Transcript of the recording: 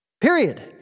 Period